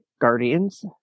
Guardians